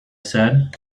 said